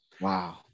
Wow